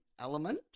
element